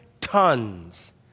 tons